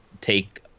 take